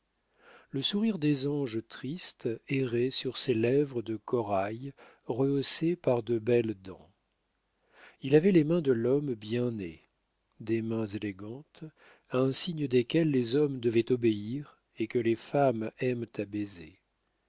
le sourire des anges tristes errait sur ses lèvres de corail rehaussées par de belles dents il avait les mains de l'homme bien né des mains élégantes à un signe desquelles les hommes devaient obéir et que les femmes aiment à baiser